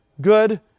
Good